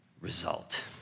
result